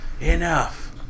Enough